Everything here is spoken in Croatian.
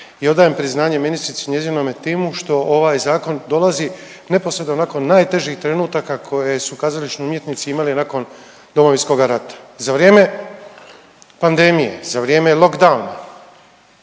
i odajem priznanje ministrici i njezinom timu što ovaj zakon dolazi neposredno nakon najtežih trenutaka koje su kazališni umjetnici imali nakon Domovinskoga rata. Za vrijeme pandemije, za vrijeme lockdowna